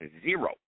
zero